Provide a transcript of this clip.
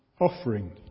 offering